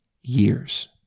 years